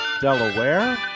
Delaware